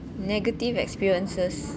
negative experiences